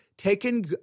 taken